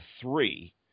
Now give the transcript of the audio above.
three